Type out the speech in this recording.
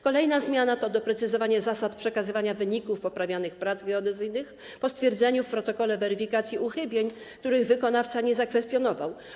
Kolejna zmiana to doprecyzowanie zasad przekazywania wyników poprawianych prac geodezyjnych po stwierdzeniu w protokole weryfikacji uchybień, których wykonawca nie zakwestionował.